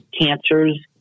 cancers